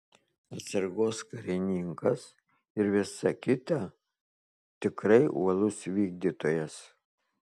atsargos karininkas ir visa kita tikrai uolus vykdytojas